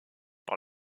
par